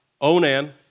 Onan